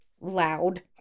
loud